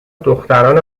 دختران